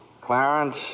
Clarence